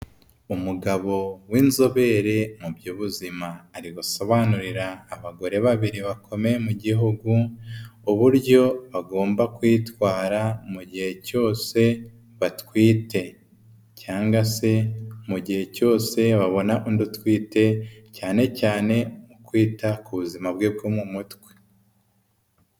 Umugabo w'inzobere mu by'ubuzima ari gusobanurira abagore babiri bakomeye mu gihugu uburyo agomba kuyitwara mu gihe cyose batwite cyangwa se mu gihe cyose babona undi utwite cyane cyane mu kwita ku buzima bwe bwo mu mutwe.